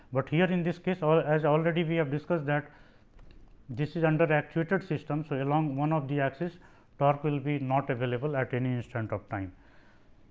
but here in this case as already we have discussed that this is under actuated system. so, along one of the axis torque will be not available at any instant of time